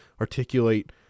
articulate